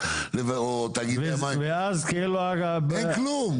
תאגידי המים יודעים --- ואז --- אין כלום.